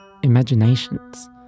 imaginations